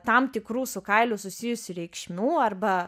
tam tikrų su kailiu susijusių reikšmių arba